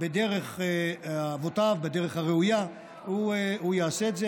בדרך אבותיו, בדרך הראויה, הוא יעשה את זה.